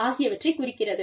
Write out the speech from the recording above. ஆகியவற்றைக் குறிக்கிறது